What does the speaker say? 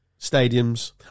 stadiums